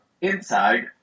inside